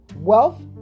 wealth